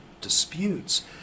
disputes